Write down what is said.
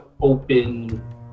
open